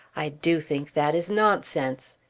i do think that is nonsense.